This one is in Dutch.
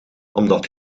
omdat